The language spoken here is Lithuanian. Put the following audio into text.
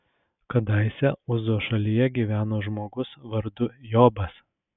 kadaise uzo šalyje gyveno žmogus vardu jobas